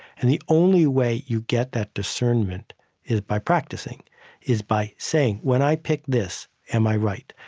and the only way you get that discernment is by practicing is by saying, when i pick this, am i right?